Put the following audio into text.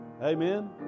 Amen